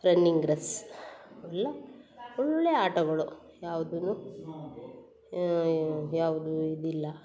running race ಎಲ್ಲ ಒಳ್ಳೊಳ್ಳೆಯ ಆಟಗಳು ಯಾವ್ದೂ ಯಾವುದೂ ಇದಿಲ್ಲ